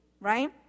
right